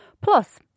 Plus